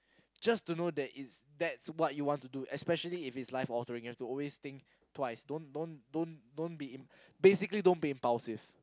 just to know that is that's what you want to do especially if it's life altering you have to always think twice don't don't don't don't be basically don't be impulsive